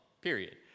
period